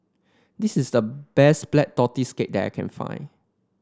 this is the best Black Tortoise Cake that I can find